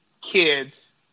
kids